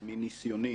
מניסיוני,